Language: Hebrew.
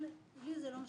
אבל לי זה לא משנה.